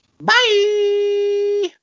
Bye